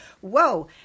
whoa